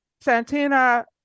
Santina